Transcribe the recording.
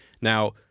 now